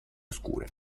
oscure